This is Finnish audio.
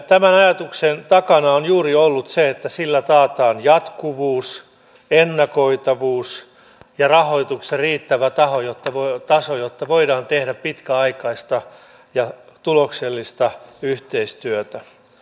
tämän ajatuksen takana on juuri ollut se että sillä taataan jatkuvuus ennakoitavuus ja rahoituksen riittävä taso jotta voidaan tehdä pitkäaikaista ja tuloksellista yhteistyötä